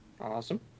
Awesome